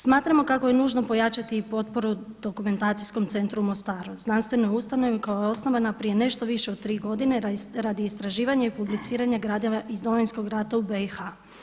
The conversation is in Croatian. Smatramo kako je nužno pojačati i potporu Dokumentacijskom centru u Mostaru, znanstvenoj ustanovi koja je osnovana prije nešto više od 3 godine radi istraživanja i publiciranja gradiva iz Domovinskog rata u BiH.